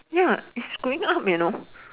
ya it's going up you know